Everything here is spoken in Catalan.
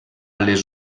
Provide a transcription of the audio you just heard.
les